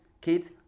kids